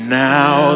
now